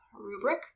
rubric